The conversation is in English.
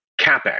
CapEx